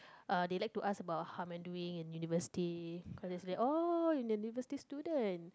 uh they like to ask about how am I doing in university cause they say like oh university student